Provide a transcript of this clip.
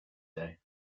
day